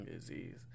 disease